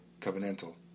covenantal